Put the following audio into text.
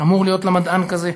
אמור להיות לה מדען כזה.